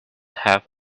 have